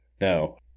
No